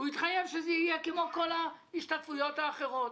שזה יהיה כמו כל ההשתתפויות האחרות.